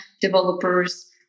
developers